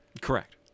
correct